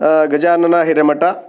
Gajanana Hiremath